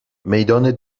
میدان